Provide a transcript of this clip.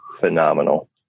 phenomenal